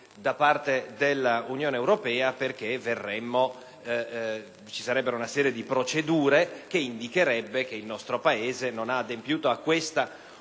da parte dell'Unione europea. Le prime consisterebbero in una serie di procedure che indicherebbero che il nostro Paese non ha adempiuto a questa